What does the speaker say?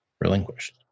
relinquished